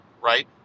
right